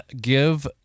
Give